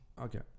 Okay